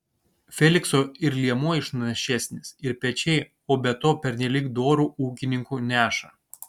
felikso ir liemuo išnašesnis ir pečiai o be to pernelyg doru ūkininku neša